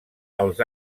als